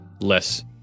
less